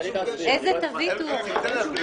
איזה תווית הורדת?